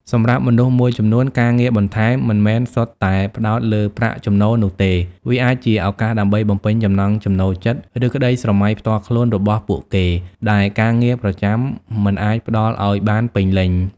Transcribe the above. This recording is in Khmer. សម្រាប់មនុស្សមួយចំនួន ការងារបន្ថែមមិនមែនសុទ្ធតែផ្តោតលើប្រាក់ចំណូលនោះទេ វាអាចជាឱកាសដើម្បីបំពេញចំណង់ចំណូលចិត្ត ឬក្តីស្រមៃផ្ទាល់ខ្លួនរបស់ពួកគេ ដែលការងារប្រចាំមិនអាចផ្តល់ឱ្យបានពេញលេញ។